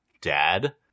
dad